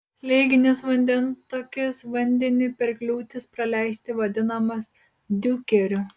slėginis vandentakis vandeniui per kliūtis praleisti vadinamas diukeriu